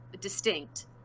distinct